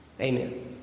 Amen